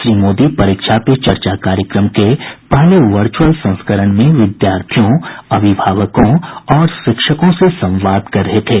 श्री मोदी परीक्षा पे चर्चा कार्यक्रम के पहले वर्चुअल संस्करण में विद्यार्थियों अभिभावकों और शिक्षकों से संवाद कर रहे थे